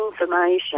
information